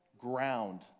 ground